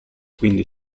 quindi